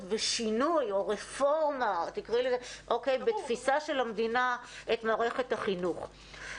ושינוי או רפורמה בתפיסה של המדינה את מערכת החינוך.